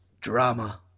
Drama